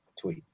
tweet